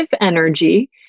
energy